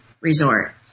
resort